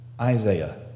Isaiah